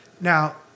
now